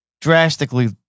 drastically